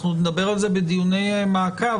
אנחנו נדבר על זה בדיוני מעקב,